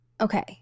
okay